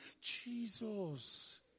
Jesus